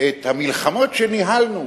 את המלחמות שניהלנו,